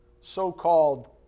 so-called